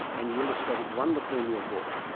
and you illustrate it wonderfully in your book,